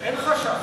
אין חשד.